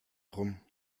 rum